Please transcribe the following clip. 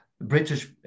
British